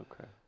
Okay